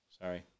sorry